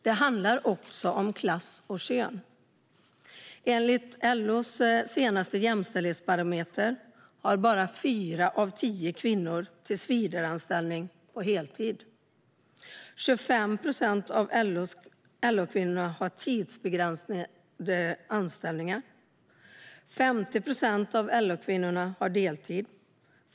Det handlar också om klass och kön. Enligt LO:s senaste jämställdhetsbarometer har bara fyra av tio kvinnor tillsvidareanställning på heltid. 25 procent av LO-kvinnorna har tidsbegränsade anställningar. 50 procent av LO-kvinnorna har deltid.